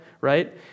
right